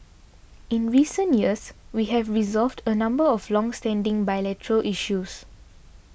in recent years we have resolved a number of longstanding bilateral issues